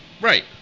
Right